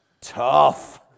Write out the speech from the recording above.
Tough